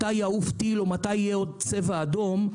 מתי יעוף טיל או מתי יהיה עוד צבע אדום,